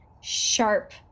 sharp